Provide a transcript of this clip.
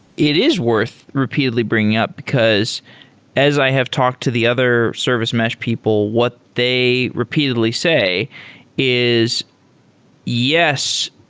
it is worth repeatedly bringing up, because as i have talked to the other service mesh people, what they repeatedly say is yes,